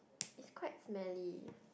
is quite smelly